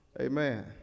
Amen